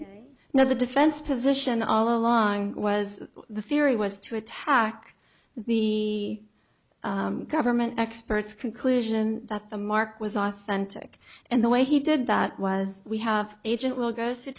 you now the defense position all along was the theory was to attack the government experts conclusion that the mark was authentic and the way he did that was we have agent will gross